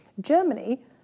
Germany